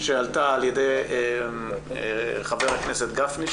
שעלתה על ידי חבר הכנסת גפני,